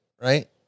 right